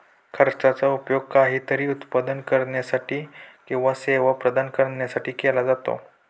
खर्चाचा उपयोग काहीतरी उत्पादन करण्यासाठी किंवा सेवा प्रदान करण्यासाठी केला जातो